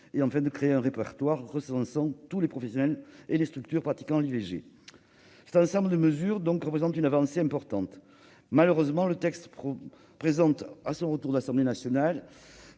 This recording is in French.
; et à créer un répertoire recensant les professionnels et structures pratiquant l'IVG. Cet ensemble de mesures représente une avancée importante. Malheureusement, le texte présente, à son retour de l'Assemblée nationale,